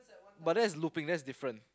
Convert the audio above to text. but that's looping that's different